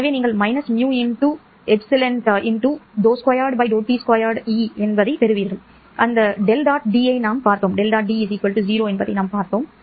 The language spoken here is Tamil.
எனவே நீங்கள் με ∂2 ́E ∂t2 ஐப் பெறுவீர்கள் அந்த V ஐ நாம் பார்த்தோம்